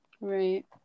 Right